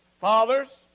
Fathers